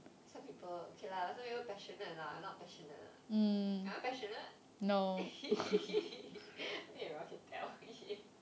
some people okay lah some people passionate lah I not passionate lah am I passionate I think everyone can tell